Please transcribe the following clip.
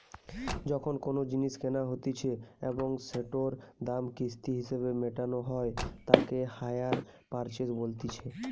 যখন কোনো জিনিস কেনা হতিছে এবং সেটোর দাম কিস্তি হিসেবে মেটানো হই তাকে হাইয়ার পারচেস বলতিছে